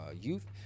youth